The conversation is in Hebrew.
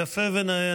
יפה ונאה.